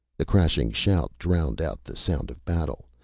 the crashing shout drowned out the sound of battle.